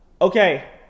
okay